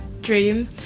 dream